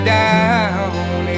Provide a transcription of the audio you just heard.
down